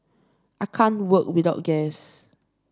I can't work without gas